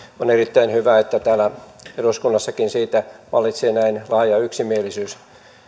on erittäin hyvä että täällä eduskunnassakin siitä vallitsee näin laaja yksimielisyys